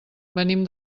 venim